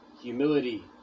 humility